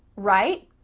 right?